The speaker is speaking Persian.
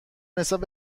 نسبت